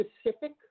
specific